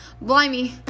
blimey